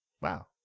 Wow